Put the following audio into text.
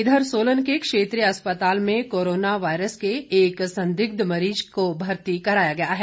इधर सोलन के क्षेत्रीय अस्पताल में कोरोना वायरस के एक संदिग्ध मरीज को भर्ती कराया गया है